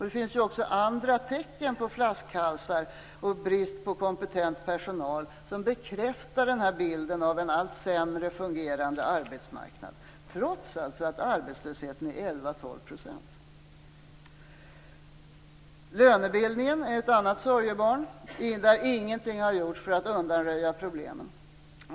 Det finns också andra tecken på flaskhalsar och brist på kompetent personal som bekräftar denna bild av en allt sämre fungerande arbetsmarknad, trots att arbetslösheten är 11-12 %. Lönebildningen är ett annat sorgebarn, där ingenting har gjorts för att undanröja problemen.